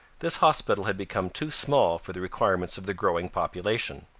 this hospital had become too small for the requirements of the growing population.